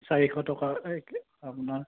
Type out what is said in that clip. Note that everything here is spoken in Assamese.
চাৰিশ টকা এই আপোনাৰ